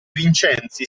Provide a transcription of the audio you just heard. vincenzi